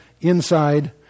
inside